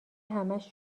همش